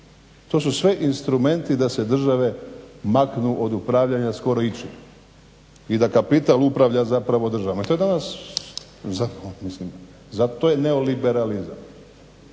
To su sve instrumenti da se države maknu od upravljanja …/Govornik se ne razumije./… i da kapital upravlja zapravo državama. To je danas, mislim to je neoliberalizam